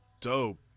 dope